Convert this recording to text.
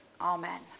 Amen